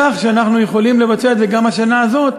כך שאנו יכולים לבצע את זה גם השנה הזאת,